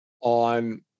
on